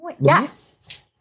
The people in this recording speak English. Yes